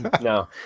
No